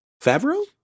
Favreau